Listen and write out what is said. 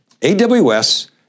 AWS